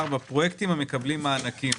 פרויקטים שמקבלים מענקים.